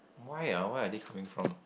why ah why are they coming from